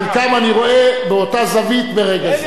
חלקם אני רואה באותה זווית ברגע זה.